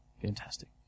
Fantastic